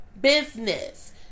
business